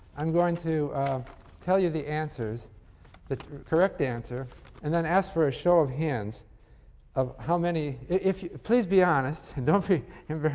i'm going to tell you the answers the correct answer and then ask for a show of hands of how many please be honest and don't be embarrassed.